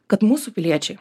kad mūsų piliečiai